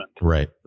Right